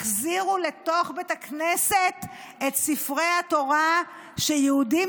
החזירו לתוך בית הכנסת את ספרי התורה שיהודים